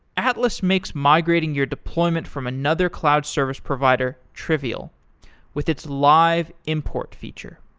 atlas makes migrating your deployment from another cloud service provider trivial with its live import feature.